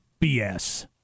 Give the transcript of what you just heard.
BS